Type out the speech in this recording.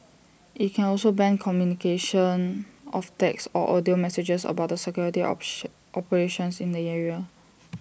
IT can also ban communication of text or audio messages about the security option operations in the area